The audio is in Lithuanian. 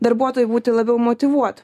darbuotojui būti labiau motyvuotu